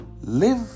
Live